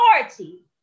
authority